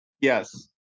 Yes